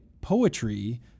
poetry